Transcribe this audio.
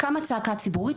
קמה צעקה ציבורית,